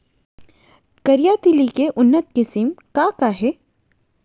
करिया तिलि के उन्नत किसिम का का हे?